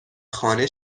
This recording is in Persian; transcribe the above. خانه